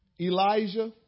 Elijah